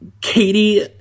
Katie